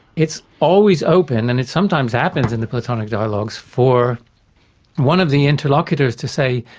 it's always open and it sometimes happens in the platonic dialogues for one of the interlocutors to say,